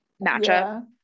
matchup